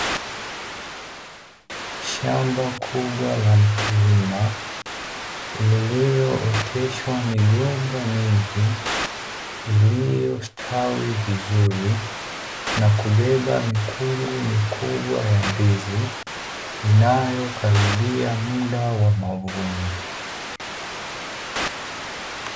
Shamba kubwa la mkulima lililooteshwa migomba mingi iliyostawi vizuri na kubeba mikungu mikubwa ya ndizi inayokaribia muda wa mavuno.